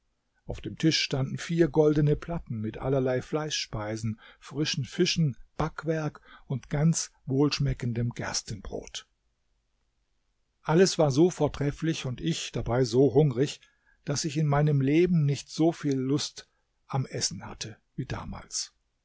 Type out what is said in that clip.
auf dem tisch standen vier goldene platten mit allerlei fleischspeisen frischen fischen backwerk und ganz wohlschmeckendem gerstenbrot alles war so vortrefflich und ich dabei so hungrig daß ich in meinem leben nicht so viel lust am essen hatte wie damals